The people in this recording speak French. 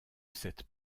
cette